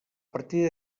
partir